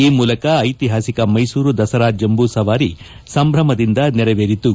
ಈ ಮೂಲಕ ಐತಿಹಾಸಿಕ ಮೈಸೂರು ದಸರಾ ಜಂಬೂ ಸವಾರಿ ಸಂಭ್ರಮದಿಂದ ನೆರವೇರಿತು